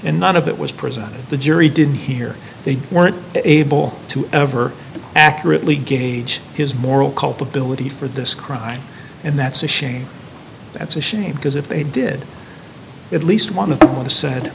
and none of that was presented the jury didn't hear they weren't able to ever accurately gauge his moral culpability for this crime and that's a shame that's a shame because if they did at least one of the said